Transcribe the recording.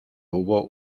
hubo